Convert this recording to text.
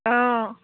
অঁ